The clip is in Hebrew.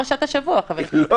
לא,